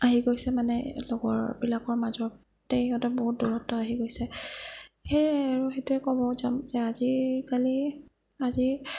আহি গৈছে মানে লগৰবিলাকৰ মাজতেই সিহঁতৰ বহুত দূৰত্ব আহি গৈছে সেয়ে আৰু সেইটোৱে ক'ব যাম যে আজিকালি আজিৰ